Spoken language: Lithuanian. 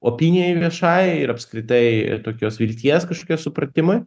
opinijai viešai ir apskritai tokios vilties kažkokios supratimui